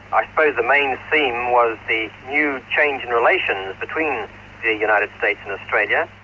i suppose the main theme was the new changed and relations between the united states and australia.